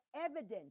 evident